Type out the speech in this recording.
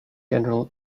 general